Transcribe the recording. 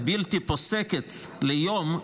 הבלתי פוסקת ליום,